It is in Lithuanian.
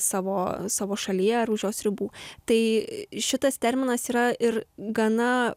savo savo šalyje ar už jos ribų tai šitas terminas yra ir gana